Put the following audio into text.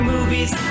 movies